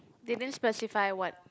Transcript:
didn't specify what